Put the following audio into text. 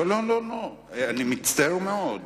לא לא לא לא, אני מצטער מאוד.